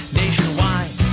nationwide